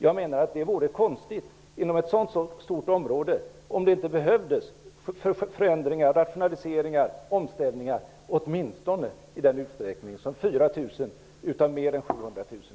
Jag menar att det vore konstigt, inom ett så stort område, om det inte behövdes förändringar, rationaliseringar och omställningar åtminstone i den utsträckning som 4 000 av mer än 700 000